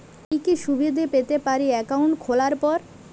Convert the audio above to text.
কি কি সুবিধে পেতে পারি একাউন্ট খোলার পর?